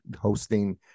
hosting